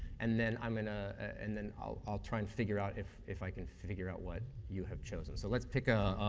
and i mean ah and then i'll try and figure out if if i can figure out what you have chosen. so, let's pick a